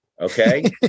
Okay